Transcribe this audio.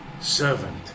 servant